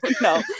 no